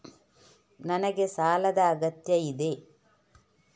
ನನಗೆ ಸಾಲದ ಅಗತ್ಯ ಇದೆ?